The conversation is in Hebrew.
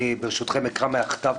אני ברשותכם אקרא מהכתב,